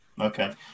Okay